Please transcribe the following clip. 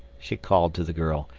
she called to the girl,